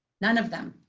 none of them.